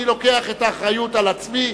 אני לוקח את האחריות על עצמי.